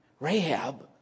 Rahab